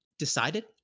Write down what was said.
decided